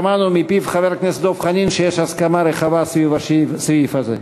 שמענו מפי חבר הכנסת דב חנין שיש הסכמה רחבה סביב הסעיף הזה.